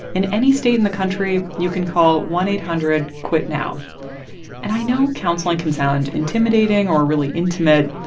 in any state in the country, you can call one eight hundred quit now and i know counseling can sound intimidating or really intimate.